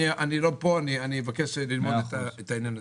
אני לא פה, אבקש ללמוד את העניין הזה.